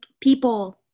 people